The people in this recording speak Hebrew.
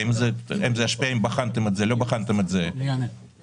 האם בחנתם או לא בחנתם אם זה ישפיע על